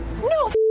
No